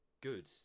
good